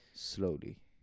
slowly